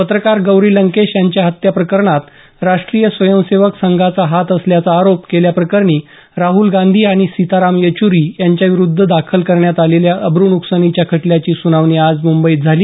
पत्रकार गौरी लंकेश यांच्या हत्या प्रकरणात राष्ट्रीय स्वयंसेवक संघाचा हात असल्याचा आरोप केल्याप्रकरणी राहल गांधी आणि सीताराम येच्री यांच्याविरुद्ध दाखल करण्यात आलेल्या अब्र्न्कसानीच्या खटल्याची सुनावणी आज मुंबईत झाली